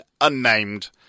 unnamed